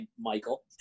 Michael